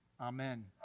Amen